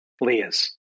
Leah's